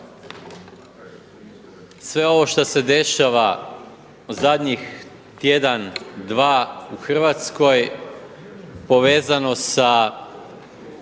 Sve ovo šta se dešava u zadnjih tjedan, dva u Hrvatskoj povezano za